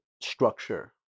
structure